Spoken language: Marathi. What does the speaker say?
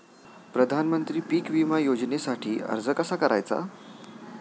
प्रधानमंत्री पीक विमा योजनेसाठी अर्ज कसा करायचा?